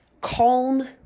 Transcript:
calm